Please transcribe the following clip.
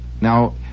Now